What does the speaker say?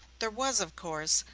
there was, of course,